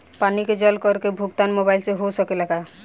पानी के जल कर के भुगतान मोबाइल से हो सकेला का?